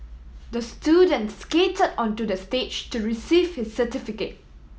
the student skated onto the stage to receive his certificate